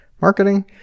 marketing